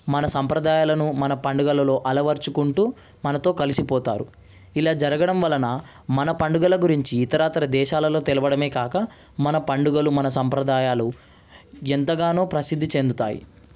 మన సంప్రదాయాలను మన పండుగలలో అలవర్చుకుంటూ మనతో కలిసి పోతారు ఇలా జరగడం వలన మన పండుగల గురించి ఇతరాత్ర దేశాలలో తెలవడమే కాక మన పండుగలు మన సంప్రదాయాలు ఎంతగానో ప్రసిద్ధి చెందుతాయి